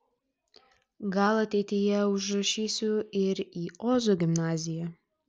gal ateityje užrašysiu ir į ozo gimnaziją